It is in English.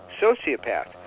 sociopath